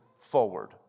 forward